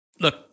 Look